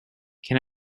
can